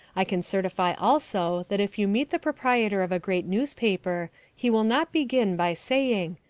i can certify also that if you meet the proprietor of a great newspaper he will not begin by saying,